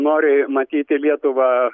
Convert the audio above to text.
nori matyti lietuvą